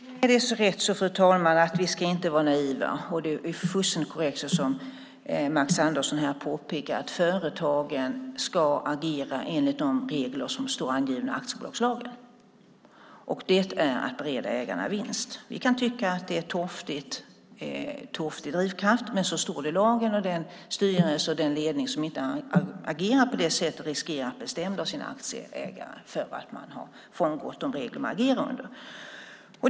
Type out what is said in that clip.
Fru talman! Det är så rätt så att vi inte ska vara naiva. Det är fullständigt korrekt, som Max Andersson påpekar, att företagen ska agera enligt de regler som står angivna i aktiebolagslagen. Det är att bereda ägarna vinst. Vi kan tycka att det är en torftig drivkraft, men så står det i lagen. Den styrelse och den ledning som inte agerar på det sättet riskerar att bli stämda av sina aktieägare för att de har frångått de regler som de agerar under.